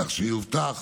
כך שיובטח